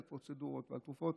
על פרוצדורות ועל תרופות.